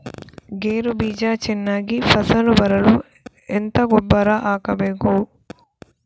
ಗೇರು ಬೀಜ ಚೆನ್ನಾಗಿ ಫಸಲು ಬರಲು ಎಂತ ಗೊಬ್ಬರ ಹಾಕಬೇಕು?